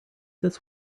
this